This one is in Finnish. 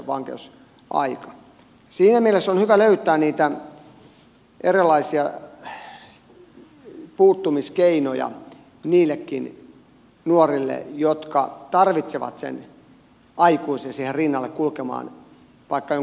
siinä mielessä on hyvä löytää erilaisia puuttumiskeinoja niillekin nuorille jotka tarvitsevat sen aikuisen siihen rinnalle kulkemaan vaikka jonkun kurssin välityksellä